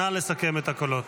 נא לסכם את הקולות.